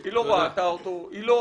היא לא ראתה אותו, היא לא